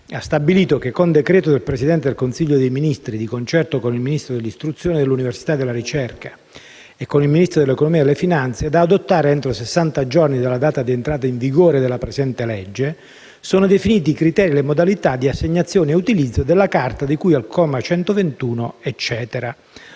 ha stabilito che con decreto del Presidente del Consiglio dei ministri, di concerto con il Ministro dell'istruzione, dell'università e della ricerca e con il Ministro dell'economia e delle finanze, da adottare entro sessanta giorni dalla data di entrata in vigore della presente legge, sono definiti i criteri e le modalità di assegnazione e utilizzo della Carta elettronica di cui al comma 121.